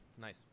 Nice